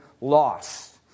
lost